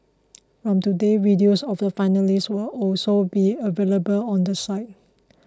from today videos of the finalists will also be available on the site